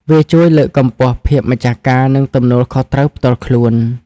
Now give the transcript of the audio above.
វាជួយលើកកម្ពស់ភាពម្ចាស់ការ និងទំនួលខុសត្រូវផ្ទាល់ខ្លួន។